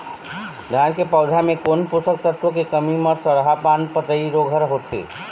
धान के पौधा मे कोन पोषक तत्व के कमी म सड़हा पान पतई रोग हर होथे?